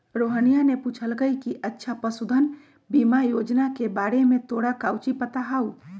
रोहिनीया ने पूछल कई कि अच्छा पशुधन बीमा योजना के बारे में तोरा काउची पता हाउ?